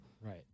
Right